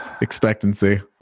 expectancy